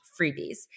freebies